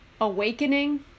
awakening